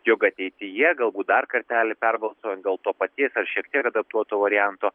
jog ateityje galbūt dar kartelį perbalsuojant dėl to paties ar šiek tiek adaptuoto varianto